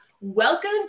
welcome